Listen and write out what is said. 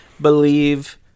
believe